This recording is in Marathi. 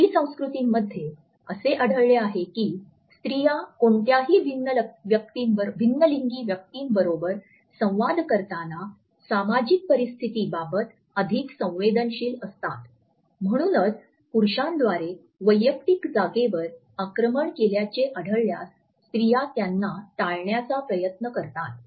काही संस्कृतींमध्ये असे आढळले आहे की स्त्रिया कोणत्याही भिन्नलिंगी व्यक्तींबरोबर संवाद करताना सामाजिक परिस्थितीबाबत अधिक संवेदनशील असतात म्हणूनच पुरुषांद्वारे वैयक्तिक जागेवर आक्रमण केल्याचे आढळल्यास स्त्रिया त्यांना टाळण्याचा प्रयत्न करतात